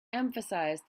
emphasized